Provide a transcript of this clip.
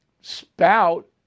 spout